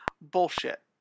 Bullshit